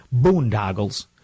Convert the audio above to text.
boondoggles